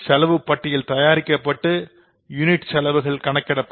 செலவுகள் பட்டியல் தயாரிக்கப்பட்டு யுனிட் செலவுகள் கணக்கிடப்படும்